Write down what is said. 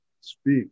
speak